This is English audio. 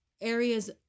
areas